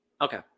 Okay